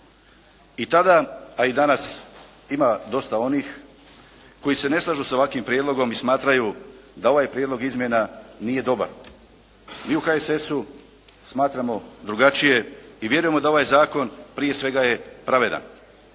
I tada a i danas ima dosta onih koji se ne slažu sa ovakvim prijedlogom i smatraju da ovaj prijedlog izmjena nije dobar. Mi u HSS-u smatramo drugačije i vjerujemo da ovaj zakon prije svega je pravedan.